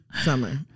summer